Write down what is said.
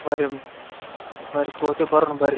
ಬನ್ರಿ ಬರ್ರಿ ಕೋರ್ಟಿಗೆ ಬರೋನು ಬನ್ರಿ